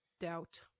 doubt